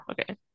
Okay